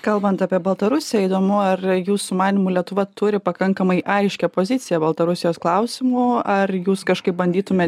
kalbant apie baltarusiją įdomu ar jūsų manymu lietuva turi pakankamai aiškią poziciją baltarusijos klausimu ar jūs kažkaip bandytumėt